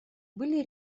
были